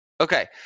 Okay